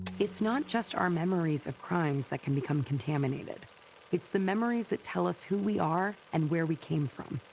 it's not just our memories of crimes that can become contaminated it's the memories that tell us who we are and where we came from.